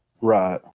Right